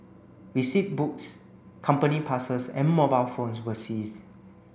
receipt books company passes and mobile phones were seized